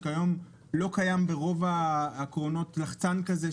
כאשר כיום לא קיים ברוב הקרונות לחצן כזה,